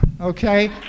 okay